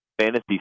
fantasy